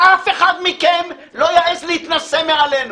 שאף אחד מכם לא יעז להתנשא מעלינו.